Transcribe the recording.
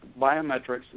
biometrics